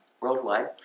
worldwide